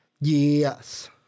Yes